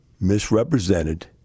misrepresented